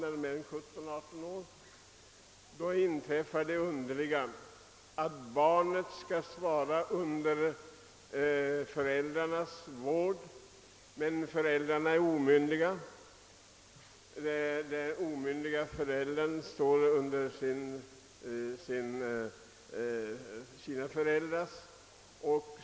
Eftersom barn skall stå under föräldrarnas vård men föräldrarna i dessa fall är omyndiga kan egendomliga konsekvenser uppstå, ty de omyndiga föräldrarna står ju i sin tur under sina föräldrars vård.